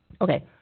Okay